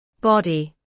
body